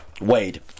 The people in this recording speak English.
Wade